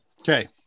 Okay